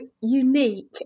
unique